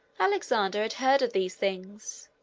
alexander had heard of these things,